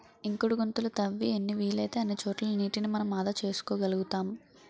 ఇంకుడు గుంతలు తవ్వి ఎన్ని వీలైతే అన్ని చోట్ల నీటిని మనం ఆదా చేసుకోగలుతాం